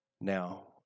Now